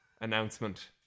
announcement